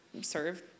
serve